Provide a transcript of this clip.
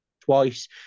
twice